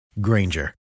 Granger